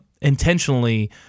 intentionally